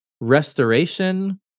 restoration